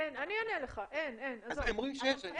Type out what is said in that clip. אין עלות תקציבית.